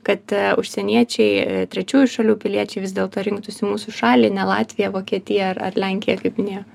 kad užsieniečiai trečiųjų šalių piliečiai vis dėlto rinktųsi mūsų šalį ne latviją vokietiją ar ar lenkiją kaip minėjo